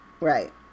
Right